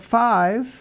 five